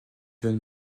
john